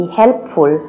helpful